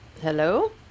Hello